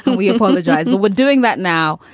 and we apologize. well, we're doing that now.